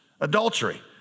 adultery